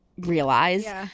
realize